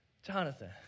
Jonathan